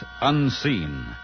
Unseen